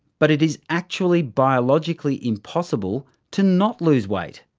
but it is actually biologically impossible to not lose weight.